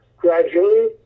gradually